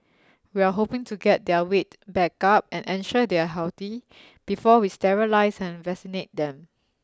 we are hoping to get their weight back up and ensure they are healthy before we sterilise and vaccinate them